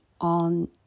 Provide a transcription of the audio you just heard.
on